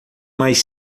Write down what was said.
mais